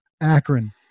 Akron